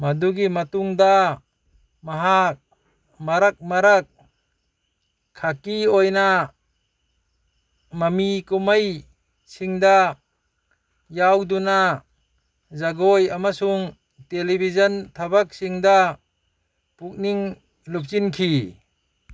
ꯃꯗꯨꯒꯤ ꯃꯇꯨꯡꯗ ꯃꯍꯥꯛ ꯃꯔꯛ ꯃꯔꯛ ꯈꯛꯀꯤ ꯑꯣꯏꯅ ꯃꯃꯤ ꯀꯨꯝꯍꯩꯁꯤꯡꯗ ꯌꯥꯎꯗꯨꯅ ꯖꯒꯣꯏ ꯑꯃꯁꯨꯡ ꯇꯦꯂꯤꯕꯤꯖꯟ ꯊꯕꯛꯁꯤꯡꯗ ꯄꯨꯛꯅꯤꯡ ꯂꯨꯞꯁꯤꯟꯈꯤ